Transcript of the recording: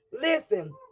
listen